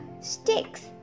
sticks